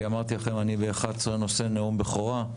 כי אמרתי לכם, אני ב-11:00 נושא נאום בכורה.